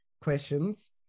questions